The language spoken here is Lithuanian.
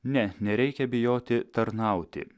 ne nereikia bijoti tarnauti